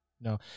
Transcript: No